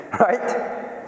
right